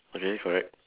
okay correct